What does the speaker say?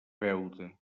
beuda